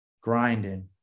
grinding